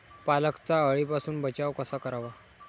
पालकचा अळीपासून बचाव कसा करावा?